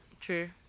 true